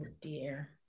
dear